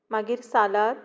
मागीर सालाद